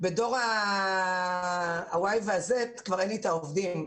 בדור ה-Y וה-Z כבר אין לי את העובדים.